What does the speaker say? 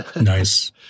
Nice